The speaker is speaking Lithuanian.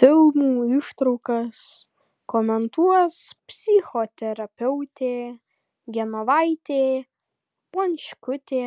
filmų ištraukas komentuos psichoterapeutė genovaitė bončkutė